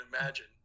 imagine